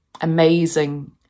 amazing